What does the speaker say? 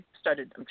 started